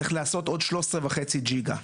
צריך לעשות עוד 13.5 ג'יגה.